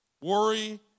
worry